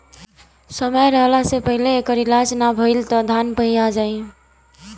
समय रहला से पहिले एकर अगर इलाज ना भईल त धान पइया जाई